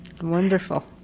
Wonderful